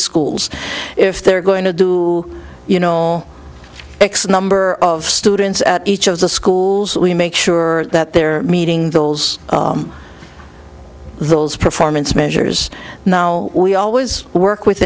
schools if they're going to do you know all x number of students at each of the schools that we make sure that they're meeting those those performance measures now we always work with